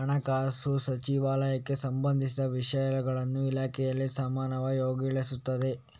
ಹಣಕಾಸು ಸಚಿವಾಲಯಕ್ಕೆ ಸಂಬಂಧಿಸಿದ ವಿಷಯಗಳನ್ನು ಇಲಾಖೆಯು ಸಮನ್ವಯಗೊಳಿಸುತ್ತಿದೆ